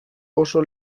oso